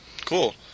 Cool